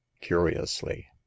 curiously